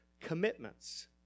commitments